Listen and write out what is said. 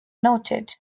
noted